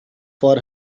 for